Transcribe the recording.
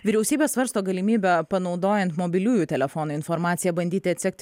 vyriausybė svarsto galimybę panaudojant mobiliųjų telefonų informaciją bandyti atsekt